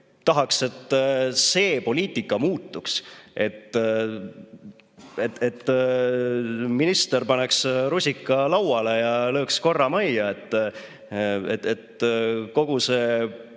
Tahaks, et see poliitika muutuks, et minister [lööks] rusika lauale ja korra majja, et kogu see